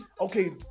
okay